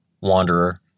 wanderer